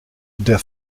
der